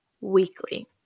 weekly